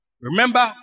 Remember